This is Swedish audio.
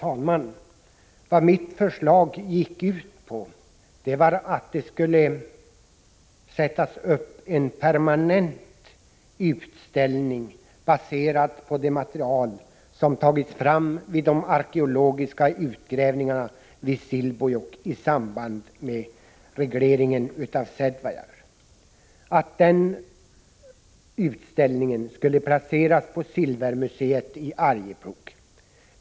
Herr talman! Mitt förslag gick ut på att det skulle sättas upp en permanent utställning baserad på det material som tagits fram vid de arkeologiska utgrävningarna i Silbojåkk i samband med regleringen av Sädvajaure och att den utställningen skulle placeras på Silvermuseet i Arjeplog.